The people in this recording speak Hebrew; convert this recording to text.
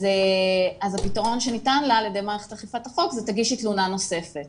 אז הפתרון שניתן לה על ידי מערכת אכיפת החוק זה 'תגישי תלונה נוספת